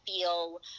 feel